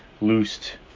loosed